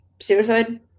suicide